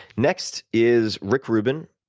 next is rick rubin,